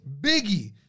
Biggie